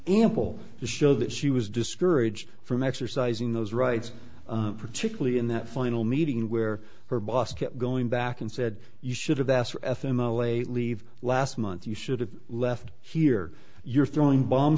ample to show that she was discouraged from exercising those rights particularly in that final meeting where her boss kept going back and said you should have asked for ethanol a leave last month you should have left here you're throwing bomb